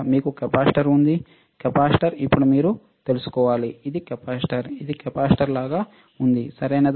మీకు కెపాసిటర్ ఉంది కెపాసిటర్ ఇప్పుడు మీరు తెలుసుకోవాలి ఇది కెపాసిటర్ ఇది కెపాసిటర్ లాగా ఉంది సరియైనదా